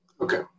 Okay